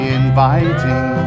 inviting